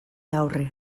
aurre